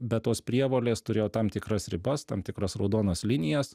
bet tos prievolės turėjo tam tikras ribas tam tikras raudonas linijas